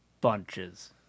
bunches